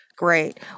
Great